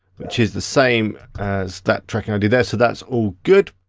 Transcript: which is the same as that tracking id there, so that's all good.